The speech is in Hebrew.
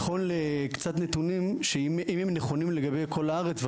קצת נתונים שיהיו נכונים לגבי כל הארץ,